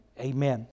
Amen